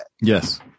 yes